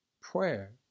prayer